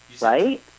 Right